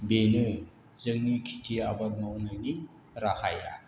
बेनो जोंनि खेति आबाद मावनायनि राहाया